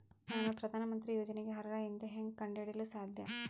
ನಾನು ಪ್ರಧಾನ ಮಂತ್ರಿ ಯೋಜನೆಗೆ ಅರ್ಹ ಎಂದು ಹೆಂಗ್ ಕಂಡ ಹಿಡಿಯಲು ಸಾಧ್ಯ?